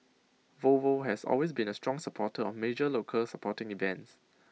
Volvo has always been A strong supporter of major local sporting events